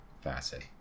facet